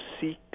seek